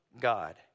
God